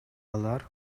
алар